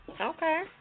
Okay